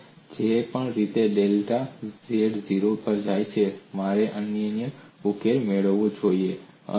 કારણ કે જે પણ રીતે ડેલ્ટા z 0 પર જાય છે મારે એક અનન્ય ઉકેલ મેળવવો જ જોઇએ